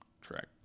track